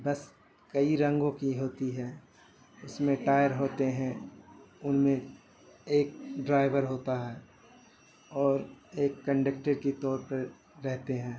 بس کئی رنگوں کی ہوتی ہے اس میں ٹائر ہوتے ہیں ان میں ایک ڈرائیور ہوتا ہے اور ایک کنڈکٹر کے طور پہ رہتے ہیں